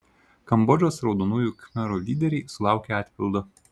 kambodžos raudonųjų khmerų lyderiai sulaukė atpildo